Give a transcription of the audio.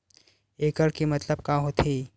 एकड़ के मतलब का होथे?